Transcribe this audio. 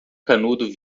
canudo